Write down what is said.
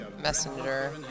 messenger